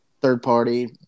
third-party